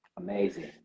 Amazing